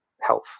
health